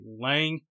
Lang